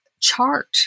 chart